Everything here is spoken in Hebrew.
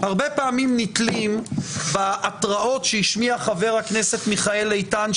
הרבה פעמים נתלים בהתרעות שהשמיע חבר הכנסת מיכאל איתן,